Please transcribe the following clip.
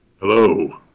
Hello